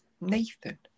Nathan